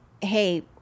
hey